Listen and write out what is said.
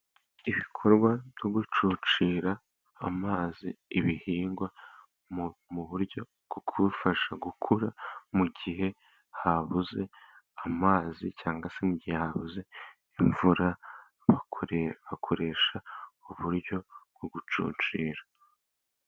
Ibikorwa byo gucucira amazi ibihingwa, mu buryo bwo gufasha gukura mu gihe habuze amazi, cyangwa se imvura yabuze hakoreshwa uburyo bwo gucucira.